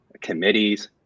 committees